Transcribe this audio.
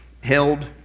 held